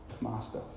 Master